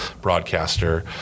broadcaster